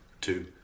two